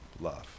love